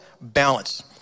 balance